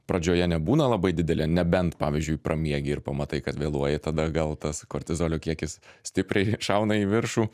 pradžioje nebūna labai didelė nebent pavyzdžiui pramiegi ir pamatai kad vėluoji tada gal tas kortizolio kiekis stipriai šauna į viršų